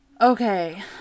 Okay